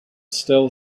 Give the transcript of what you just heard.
still